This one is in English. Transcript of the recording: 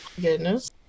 goodness